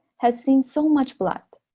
has seen so much blood